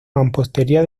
mampostería